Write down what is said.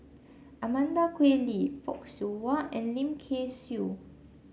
Amanda Koe Lee Fock Siew Wah and Lim Kay Siu